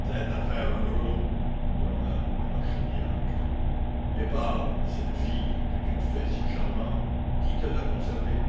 tête à faire un grelot grommela l'archidiacre eh parle cette vie que tu te fais si charmante qui te l'a conservée